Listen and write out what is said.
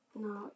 No